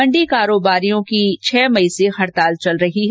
मण्डी कारोबारी की छह मई से हड़ताल चल रही है